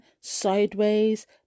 sideways